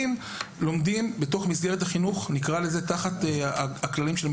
לומדים בתוך מסגרת חינוך עם תוכנית החינוך הישראלית?